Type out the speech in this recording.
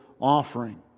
offering